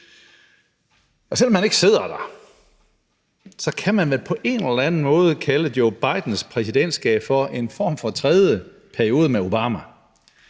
Selv om han ikke sidder der, kan man vel på en eller anden måde kalde Joe Bidens præsidentskab for en form for tredje periode med Obama.